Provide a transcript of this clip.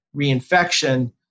reinfection